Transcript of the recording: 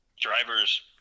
drivers